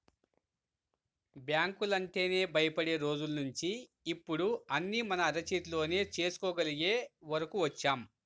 బ్యాంకులంటేనే భయపడే రోజుల్నించి ఇప్పుడు అన్నీ మన అరచేతిలోనే చేసుకోగలిగే వరకు వచ్చాం